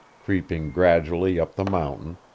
creeping gradually up the mountain,